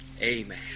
Amen